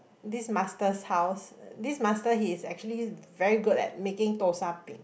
this master's house this master he's actually very good at making Tau Sar Piah